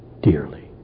dearly